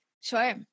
Sure